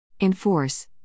enforce